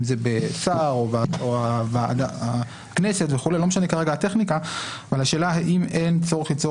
אם זה שר או הכנסת האם גם פה אין צורך ליצור